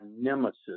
nemesis